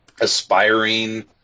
aspiring